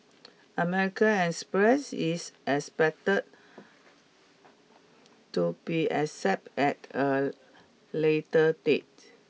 American Express is expected to be accept at a later date